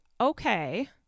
okay